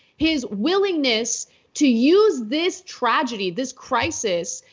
his willingness to use this tragedy. this crisis,